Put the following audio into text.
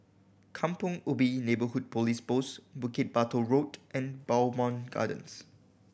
Kampong Ubi Neighbourhood Police Post Bukit Batok Road and Bowmont Gardens